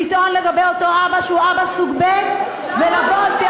לטעון לגבי אותו אבא שהוא אבא סוג ב' ולבוא על-פי